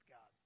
God